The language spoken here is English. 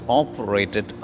operated